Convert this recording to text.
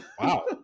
Wow